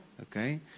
Okay